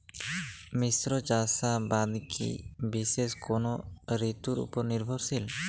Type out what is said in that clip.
মিশ্র চাষাবাদ কি বিশেষ কোনো ঋতুর ওপর নির্ভরশীল?